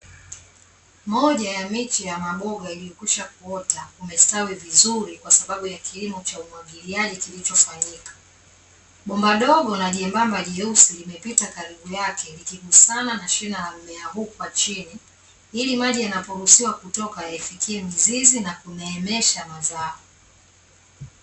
Moja ya miche ya maboga iliyokwisha kuota, umestawi vizuri kwa sababu ya kilimo cha umwagiliaji kilichofanyika. Bomba dogo na jembamba jeusi limepita karibu yake, likigusana na shina la mmea huo kwa chini, ili maji yanaporuhusiwa kutoka yaifikie mizizi na kuneemesha mazao.